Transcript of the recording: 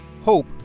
Hope